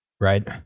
right